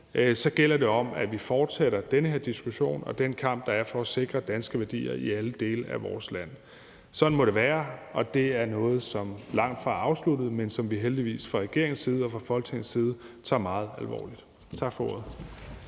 så gælder det om, at vi fortsætter den her diskussion og den kamp, der er for at sikre danske værdier i alle dele af vores land. Sådan må det være, og det er noget, som langtfra er afsluttet, men som vi heldigvis fra regeringens side og fra Folketingets side tager meget alvorligt. Tak for ordet.